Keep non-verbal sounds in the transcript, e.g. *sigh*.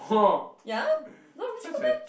*noise* ya not Rachel meh